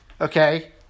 okay